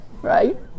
right